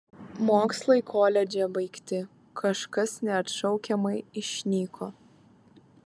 mokslai koledže baigti kažkas neatšaukiamai išnyko